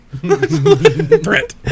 threat